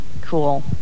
cool